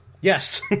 Yes